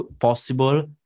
possible